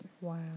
Wow